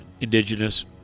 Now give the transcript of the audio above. indigenous